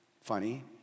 Funny